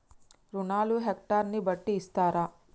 రుణాలు హెక్టర్ ని బట్టి ఇస్తారా?